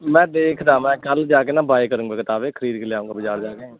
ਮੈਂ ਦੇਖਦਾ ਮੈਂ ਕੱਲ੍ਹ ਜਾ ਕੇ ਨਾ ਬਾਏ ਕਰੂੰਗਾ ਕਿਤਾਬ ਇਹ ਖਰੀਦ ਕੇ ਲਿਆਊਂਗਾ ਬਜ਼ਾਰ ਜਾ ਕੇ